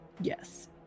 yes